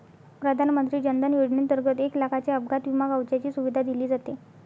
प्रधानमंत्री जन धन योजनेंतर्गत एक लाखाच्या अपघात विमा कवचाची सुविधा दिली जाते